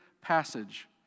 passage